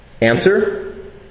Answer